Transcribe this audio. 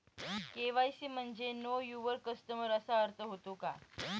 KYC म्हणजे know your customer असा अर्थ होतो का?